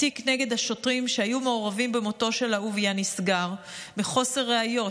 התיק נגד השוטרים שהיו מעורבים במותו של אהוביה נסגר מחוסר ראיות.